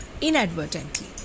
inadvertently